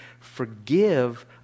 forgive